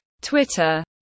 Twitter